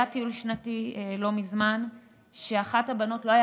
היה טיול שנתי לא מזמן שלאחת הבנות לא היה